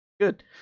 Good